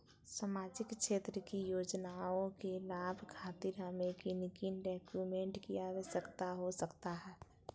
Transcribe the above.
सामाजिक क्षेत्र की योजनाओं के लाभ खातिर हमें किन किन डॉक्यूमेंट की आवश्यकता हो सकता है?